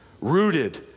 rooted